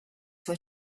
were